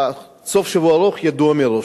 סוף-שבוע ארוך ידוע מראש.